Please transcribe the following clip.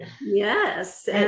Yes